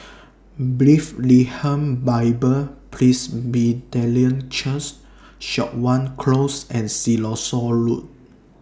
Bethlehem Bible Presbyterian Church Siok Wan Close and Siloso Road